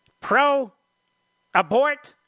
pro-abort